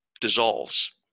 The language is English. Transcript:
dissolves